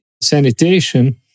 sanitation